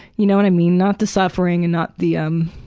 you know what i mean? not the suffering, and not the um